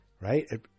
right